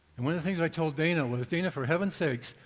and one of the things i told dana was, dana, for heaven's sake,